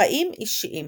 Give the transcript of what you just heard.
חיים אישיים